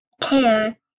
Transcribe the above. care